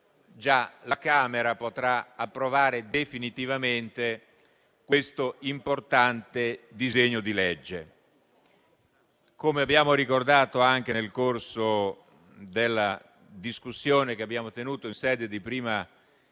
- la Camera potrà approvare definitivamente questo importante disegno di legge. Come abbiamo ricordato anche nel corso della discussione che abbiamo tenuto in sede di prima deliberazione,